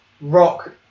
Rock